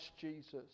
Jesus